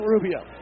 Rubio